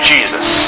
Jesus